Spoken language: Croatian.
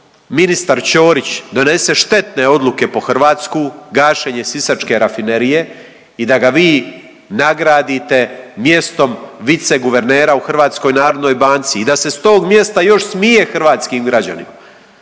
ministar Ćorić donese štetne odluke po Hrvatsku, gašenje Sisačke rafinerije i da ga vi nagradite mjestom viceguvernera u Hrvatskoj narodnoj banci i da se s tog mjesta još smije hrvatskim građanima.